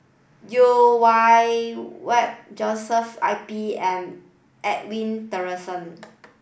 Yeo Wei Wei Joshua I P and Edwin Tessensohn